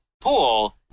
pool